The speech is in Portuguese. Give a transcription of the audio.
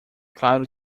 claro